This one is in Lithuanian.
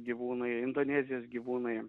gyvūnai indonezijos gyvūnai